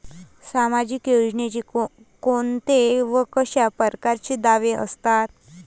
सामाजिक योजनेचे कोंते व कशा परकारचे दावे असतात?